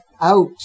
out